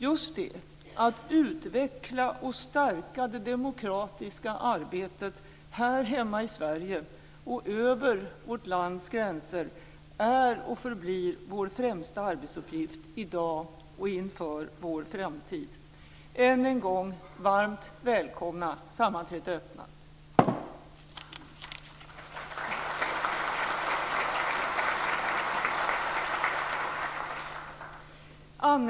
Just det att utveckla och stärka det demokratiska arbetet här hemma i Sverige och över vårt lands gränser är och förblir vår främsta arbetsuppgift i dag och inför vår framtid.